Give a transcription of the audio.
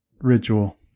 ritual